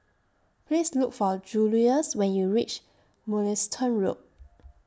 Please Look For Juluis when YOU REACH Mugliston Road